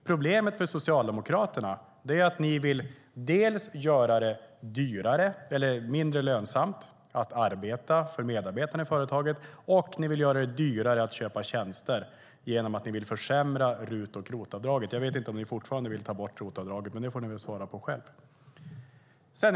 Problemet för Socialdemokraterna är att ni vill göra det mindre lönsamt att arbeta för medarbetarna i företaget och dyrare att köpa tjänster genom att försämra RUT och ROT-avdragen. Jag vet inte om ni fortfarande vill ta bort ROT-avdraget, men det får ni svara på själva.